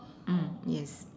yes